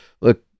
look